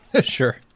Sure